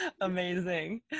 Amazing